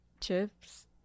Chips